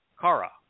Kara